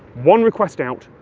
one request out,